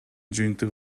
жыйынтыгы